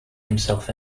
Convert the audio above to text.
himself